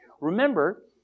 Remember